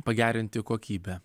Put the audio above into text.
pagerinti kokybę